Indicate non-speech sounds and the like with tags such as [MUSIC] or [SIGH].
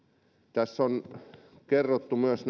lausunnoissa on kerrottu myös [UNINTELLIGIBLE]